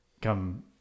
come